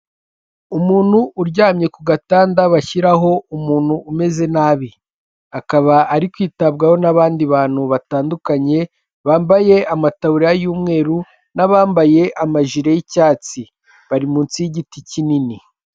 Umuntu uryamye ku gatanda bashyiraho umuntu umeze nabi. Akaba ari kwitabwaho n'abandi bantu batandukanye bambaye amataburiya y'umweru n'abambaye amajire y'icyatsi, bari munsi y'igiti kinini.